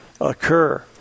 occur